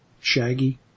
Shaggy